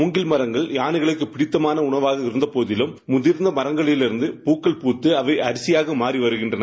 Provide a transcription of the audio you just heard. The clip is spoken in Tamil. முங்கில் மரங்கள் யானைகளுக்கு பிடித்த உணவாக இருந்தபோதிலும் முதிர்ந்த மரங்களிலிருந்து பூக்கள் பூத்து அவை அரிசியாக மாறி வருகின்றன